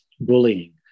bullying